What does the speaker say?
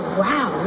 wow